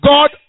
God